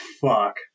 fuck